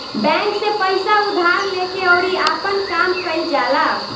bank से पइसा उधार लेके अउरी आपन काम कईल जाला